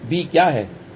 B क्या है